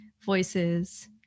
Voices